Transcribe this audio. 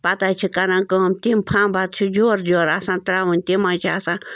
پتہٕ حظ چھِ کَران کٲم تِم فمب حظ چھِ جورجور آسان تَراوٕنۍ تِم حظ چھِ آسان